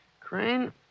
Crane